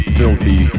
filthy